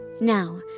Now